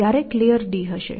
તેના બદલે આ તરફ આગળ જાઓ